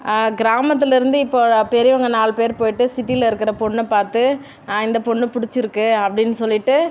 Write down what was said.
கிராமத்திலேருந்து இப்போது பெரியவங்க நாலு பேர் போய்ட்டு சிட்டியில இருக்கிற பொண்னை பார்த்து இந்த பொண்ணு பிடிச்சிருக்கு அப்படின்னு சொல்லிட்டு